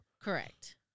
Correct